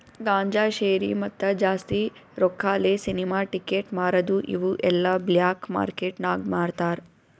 ಗಾಂಜಾ, ಶೇರಿ, ಮತ್ತ ಜಾಸ್ತಿ ರೊಕ್ಕಾಲೆ ಸಿನಿಮಾ ಟಿಕೆಟ್ ಮಾರದು ಇವು ಎಲ್ಲಾ ಬ್ಲ್ಯಾಕ್ ಮಾರ್ಕೇಟ್ ನಾಗ್ ಮಾರ್ತಾರ್